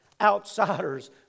outsiders